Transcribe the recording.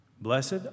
Blessed